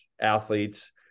athletes